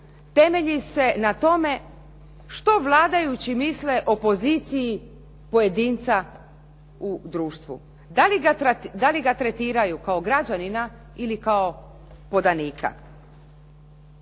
temelji se na tome, što vladajući misle o poziciji pojedinca u društvu. Da li ga tretiraju kao građanina ili kao podanika?